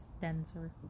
denser